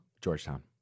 Georgetown